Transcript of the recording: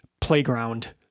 playground